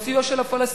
או סיוע של הפלסטינים,